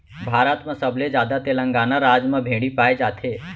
भारत म सबले जादा तेलंगाना राज म भेड़ी पाए जाथे